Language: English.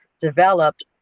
developed